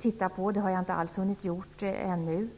titta på. Det har jag inte hunnit göra ännu.